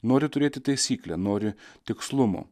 nori turėti taisyklę nori tikslumo